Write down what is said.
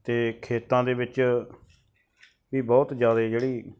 ਅਤੇ ਖੇਤਾਂ ਦੇ ਵਿੱਚ ਵੀ ਬਹੁਤ ਜ਼ਿਆਦਾ ਜਿਹੜੀ